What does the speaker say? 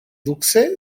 lukse